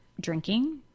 drinking